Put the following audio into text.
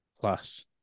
plus